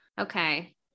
Okay